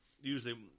usually